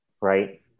Right